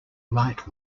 right